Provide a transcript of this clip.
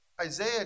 Isaiah